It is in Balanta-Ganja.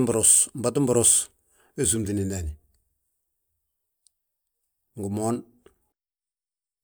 Biros, mbatu mbiros, we súmtini ndaani, ngi moon.